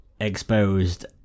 exposed